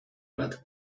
bat